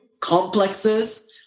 complexes